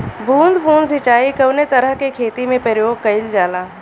बूंद बूंद सिंचाई कवने तरह के खेती में प्रयोग कइलजाला?